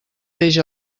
peix